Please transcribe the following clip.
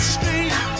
Street